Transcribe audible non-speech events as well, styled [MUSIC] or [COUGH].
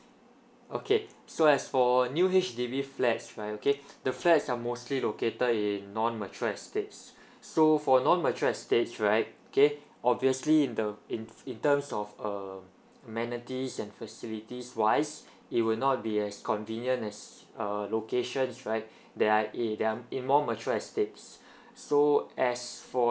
okay so as for new H_D_B flats right okay the flats are mostly located in non mature estates [BREATH] so for non mature estates right okay obviously the in in terms of uh amenities and facilities wise [BREATH] it will not be as convenient as uh locations right that are in more matured estates [BREATH] so as for